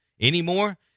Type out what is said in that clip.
anymore